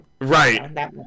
right